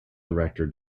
director